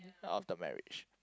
not of the marriage